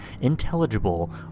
intelligible